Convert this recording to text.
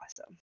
awesome